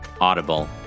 Audible